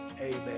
Amen